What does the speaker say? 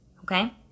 Okay